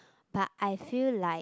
but I feel like